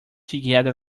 together